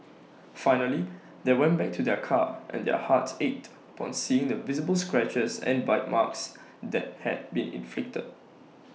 finally they went back to their car and their hearts ached upon seeing the visible scratches and bite marks that had been inflicted